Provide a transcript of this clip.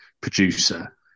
producer